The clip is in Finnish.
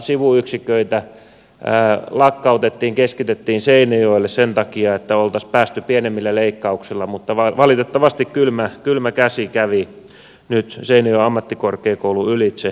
sivuyksiköitä lakkautettiin keskitettiin seinäjoelle sen takia että oltaisiin päästy pienemmillä leikkauksilla mutta valitettavasti kylmä käsi kävi nyt seinäjoen ammattikorkeakoulun ylitse